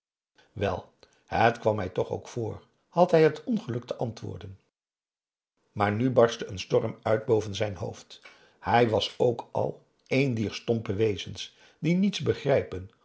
wel het kwam mij toch ook voor had hij het ongeluk te antwoorden maar nu barstte een storm uit boven zijn hoofd hij p a daum hoe hij raad van indië werd onder ps maurits was ook al een dier stompe wezens die niets begrijpen